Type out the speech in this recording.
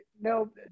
no